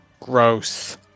Gross